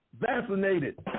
vaccinated